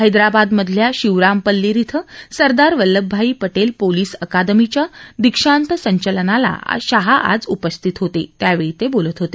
हैदराबाद मधल्या शिवरामपल्लीर इथं सरदार वल्लभभाई पटेल पोलीस अकादमीच्या दीक्षांत संचलनाला शाह आज उपस्थित होते त्यावेळी ते बोलत होते